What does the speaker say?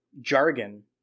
jargon